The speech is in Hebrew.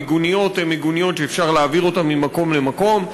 המיגוניות הן מיגוניות שאפשר להעביר ממקום למקום,